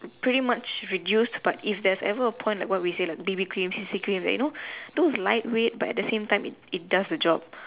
pretty much reduced but if there is ever a point like what we said like B_B cream C_C cream that you know those lightweight but at the same time it it does the job